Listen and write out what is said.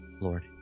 Lord